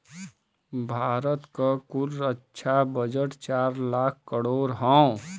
भारत क कुल रक्षा बजट चार लाख करोड़ हौ